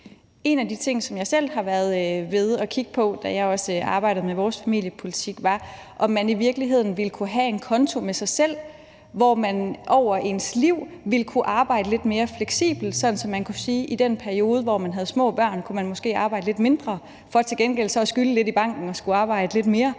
En af de ting, som jeg selv har kigget på, da jeg arbejdede med vores familiepolitik, var, om man i virkeligheden ville kunne have en konto for sig selv, hvor man i løbet af sit liv ville kunne arbejde lidt mere fleksibelt, sådan at man kunne sige, at i den periode, hvor man havde små børn, kunne man måske arbejde lidt mindre for til gengæld så at skylde lidt i banken og skulle arbejde lidt mere,